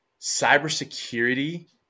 cybersecurity